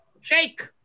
Shake